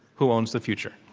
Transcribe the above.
who owns the future?